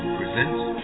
presents